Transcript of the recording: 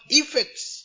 effects